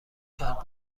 کرد